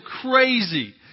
crazy